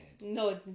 no